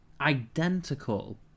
identical